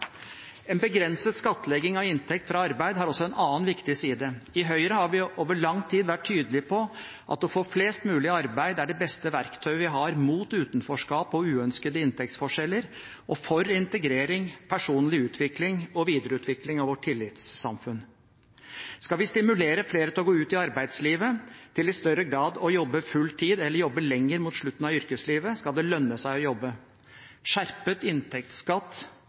En begrenset skattlegging av inntekt fra arbeid har også en annen viktig side. I Høyre har vi over lang tid vært tydelige på at det å få flest mulig i arbeid er det beste verktøyet vi har mot utenforskap og uønskede inntektsforskjeller – og for integrering, personlig utvikling og videreutvikling av vårt tillitssamfunn. Skal vi stimulere flere til å gå ut i arbeidslivet, til i større grad å jobbe full tid eller jobbe lenger mot slutten av yrkeslivet, skal det lønne seg å jobbe. Skjerpet inntektsskatt